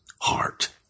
heart